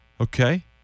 Okay